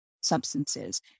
substances